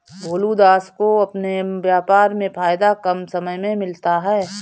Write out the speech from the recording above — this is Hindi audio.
भोलू दास को अपने व्यापार में फायदा कम समय में मिलता है